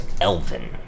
elven